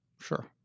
sure